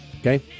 Okay